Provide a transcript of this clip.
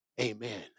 Amen